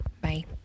Bye